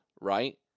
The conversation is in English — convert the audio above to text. right